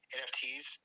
nfts